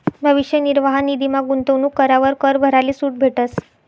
भविष्य निर्वाह निधीमा गूंतवणूक करावर कर भराले सूट भेटस